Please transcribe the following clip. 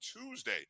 Tuesday